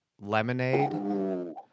lemonade